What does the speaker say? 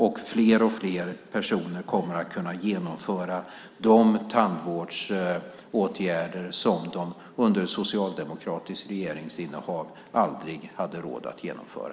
Och fler och fler personer kommer att kunna genomföra de tandvårdsåtgärder som de under socialdemokratiskt regeringsinnehav aldrig hade råd att genomföra.